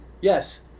Yes